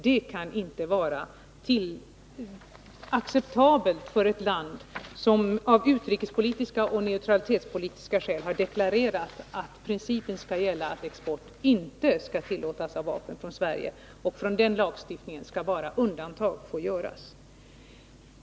Det kan inte vara acceptabelt för ett land som av utrikespolitiska och neutralitetspolitiska skäl deklarerat att den principen skall gälla att vapenexport från Sverige inte skall tillåtas och att avsteg endast i undantagsfall får göras från den lagstiftningen.